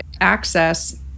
access